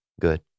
good